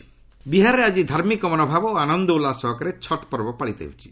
ବିହାର ଛଟ ବିହାରରେ ଆକି ଧାର୍ମିକ ମନୋଭାବ ଓ ଆନନ୍ଦ ଉଲ୍ଲାସ ସହକାରେ ଛଟ୍ ପର୍ବ ପାଳିତ ହେଉଛି